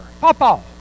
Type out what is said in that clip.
Papa